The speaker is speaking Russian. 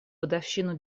годовщину